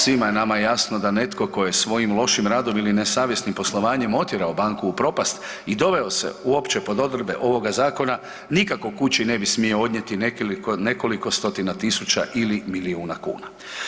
Svima je nama jasno da netko tko je svojim lošim radom ili nesavjesnim poslovanjem otjerao banku u propast i doveo se uopće pod odredbe ovoga zakona nikako kući ne bi smio odnijeti nekoliko stotina tisuća ili milijuna kuna.